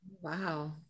wow